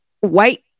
white